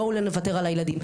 בואו לא נוותר על הילדים.